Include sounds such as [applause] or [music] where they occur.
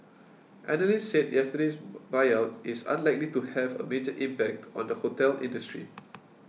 analysts said yesterday's [noise] buyout is unlikely to have a major impact on the hotel industry